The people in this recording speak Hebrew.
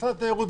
במשרד התיירות,